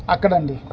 అక్కడ అండి